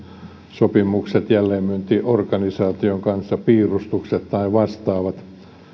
sopimukset jälleenmyyntiorganisaation kanssa piirustukset tai vastaavat